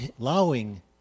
allowing